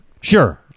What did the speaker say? Sure